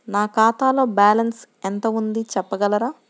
నా ఖాతాలో బ్యాలన్స్ ఎంత ఉంది చెప్పగలరా?